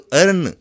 earn